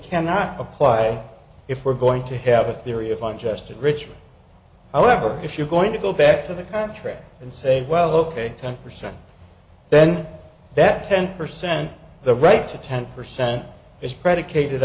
cannot apply if we're going to have a theory of unjust enrichment however if you're going to go back to the contract and say well ok ten percent then that ten percent the right to ten percent is predicated